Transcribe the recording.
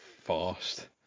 fast